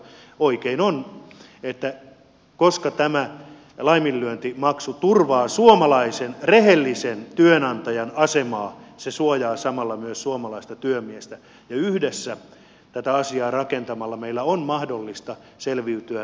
oikein on että koska tämä laiminlyöntimaksu turvaa suomalaisen rehellisen työnantajan asemaa se suojaa samalla myös suomalaista työmiestä ja yhdessä tätä asiaa rakentamalla meillä on mahdollista selviytyä huomattavasti paremmin